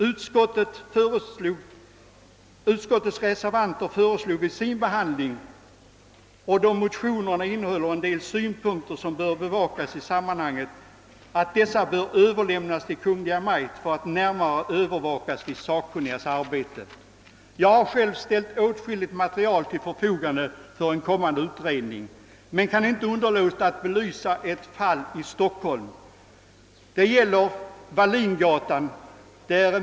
I reservationen XII har vi föreslagit att motionerna, då de innehåller en del synpunkter som bör beaktas i sammanhanget, skall överlämnas till Kungl. Maj:t för att närmare övervägas vid de sakkunnigas arbete. Jag har själv ställt åtskilligt material till förfogande för en kommande utredning men kan inte underlåta att belysa ett fall i Stockholm. Det gäller en fastighet vid Wallingatan.